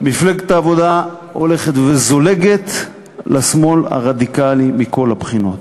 מפלגת העבודה הולכת וזולגת לשמאל הרדיקלי מכל הבחינות.